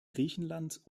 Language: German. griechenlands